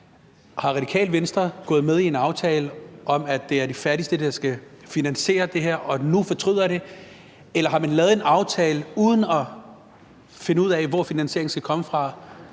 Er Radikale Venstre gået med i en aftale om, at det er de fattigste, der skal finansiere det her, men nu fortryder man det? Eller har man lavet en aftale uden at finde ud af, hvor finansieringen skal komme fra,